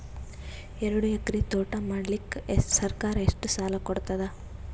ಎರಡು ಎಕರಿ ತೋಟ ಮಾಡಲಿಕ್ಕ ಸರ್ಕಾರ ಎಷ್ಟ ಸಾಲ ಕೊಡತದ?